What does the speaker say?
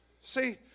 See